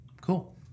cool